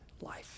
life